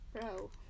bro